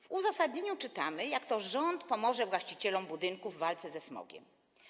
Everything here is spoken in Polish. W uzasadnieniu czytamy, jak to rząd pomoże właścicielom budynków w walce ze smogiem.